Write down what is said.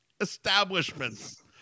establishments